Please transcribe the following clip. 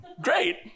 great